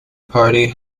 party